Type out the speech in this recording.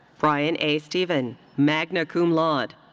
brian a. stephen, magna cum laude.